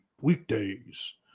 weekdays